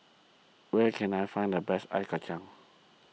where can I find the best Ice Kachang